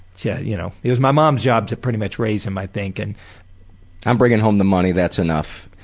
yeah you know it was my mom's job to pretty much raise him, i think. and i'm bringing home the money, that's enough.